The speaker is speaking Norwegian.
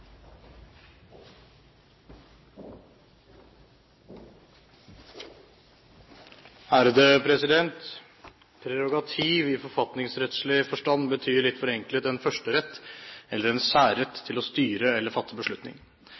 dette området. Prerogativ i forfatningsrettslig forstand betyr litt forenklet en førsterett eller en særrett til å styre eller fatte beslutning.